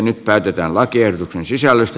nyt päätetään lakiehdotuksen sisällöstä